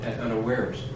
unawares